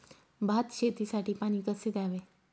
भात शेतीसाठी पाणी कसे द्यावे?